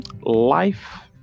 Life